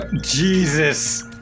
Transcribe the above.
Jesus